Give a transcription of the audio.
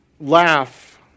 laugh